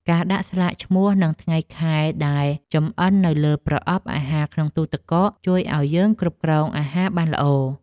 ការដាក់ស្លាកឈ្មោះនិងថ្ងៃខែដែលបានចម្អិននៅលើប្រអប់អាហារក្នុងទូរទឹកកក ជួយឱ្យយើងគ្រប់គ្រងអាហារបានល្អ។